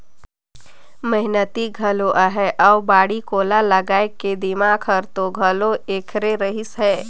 मेहनती घलो अहे अउ बाड़ी कोला लगाए के दिमाक हर तो घलो ऐखरे रहिस हे